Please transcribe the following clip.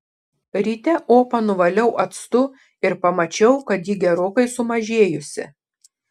ryte opą nuvaliau actu ir pamačiau kad ji gerokai sumažėjusi